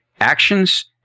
actions